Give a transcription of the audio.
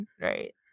right